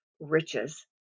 riches